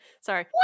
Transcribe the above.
sorry